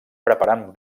preparant